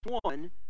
one